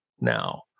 now